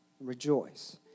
rejoice